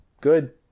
good